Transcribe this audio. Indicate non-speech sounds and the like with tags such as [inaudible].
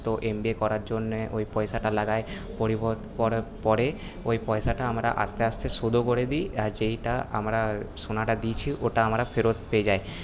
তো এমবিএ করার জন্যে ওই পয়সাটা লাগাই [unintelligible] পরে ওই পয়সাটা আমরা আস্তে আস্তে শোধও করে দিই যেইটা আমরা সোনাটা দিয়েছি ওটা আমরা ফেরত পেয়ে যাই